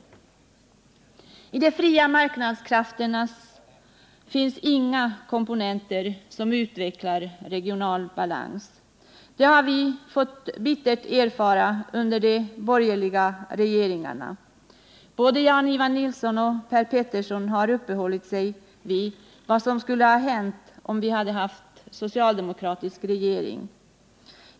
I de fria marknadskrafterna finns inga komponenter som utvecklar regional balans. Det har vi fått bittert erfara under de borgerliga regeringarna. Både Jan-Ivan Nilsson och Per Petersson har uppehållit sig vid vad som skulle ha hänt om vi hade haft en socialdemokratisk regering.